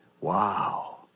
wow